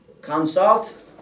consult